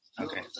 Okay